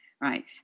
right